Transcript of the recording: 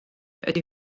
ydy